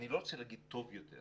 אני לא רוצה לומר טוב יותר